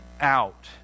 out